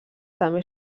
també